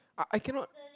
ah I cannot